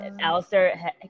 Alistair